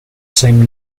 same